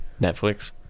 netflix